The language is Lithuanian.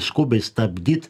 skubiai stabdyt